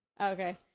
Okay